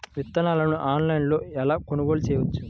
విత్తనాలను ఆన్లైనులో ఎలా కొనుగోలు చేయవచ్చు?